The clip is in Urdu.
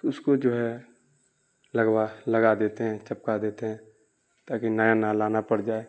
تو اس کو جو ہے لگوا لگا دیتے ہیں چپکا دیتے ہیں تاکہ نیا نہ لانا پڑ جائے